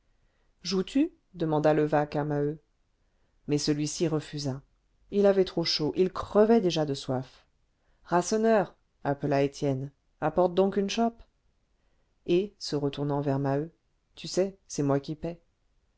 joues tu demanda levaque à maheu mais celui-ci refusa il avait trop chaud il crevait déjà de soif rasseneur appela étienne apporte donc une chope et se retournant vers maheu tu sais c'est moi qui paie